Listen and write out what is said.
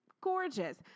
gorgeous